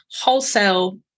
wholesale